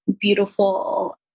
beautiful